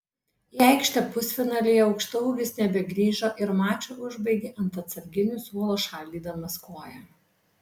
į aikštę pusfinalyje aukštaūgis nebegrįžo ir mačą užbaigė ant atsarginių suolo šaldydamas koją